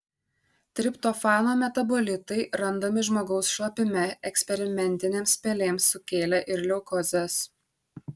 triptofano metabolitai randami žmogaus šlapime eksperimentinėms pelėms sukėlė ir leukozes